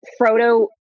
Frodo